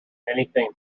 anything